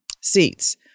seats